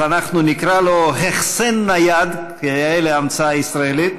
אז אנחנו נקרא לו החסן נייד, כיאה להמצאה ישראלית,